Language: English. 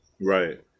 Right